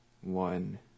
one